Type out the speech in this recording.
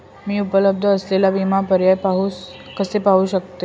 मी उपलब्ध असलेले विमा पर्याय कसे पाहू शकते?